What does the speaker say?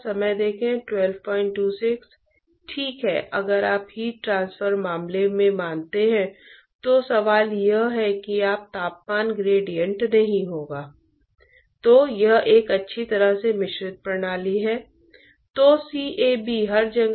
तो अब तरल पदार्थ से ट्यूब के अंदर की दीवार तक हीट ट्रांसपोर्ट के गुणों के अंदर क्या हो रहा हैजो उसके द्वारा नियंत्रित किया जाएगा